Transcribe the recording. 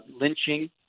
lynching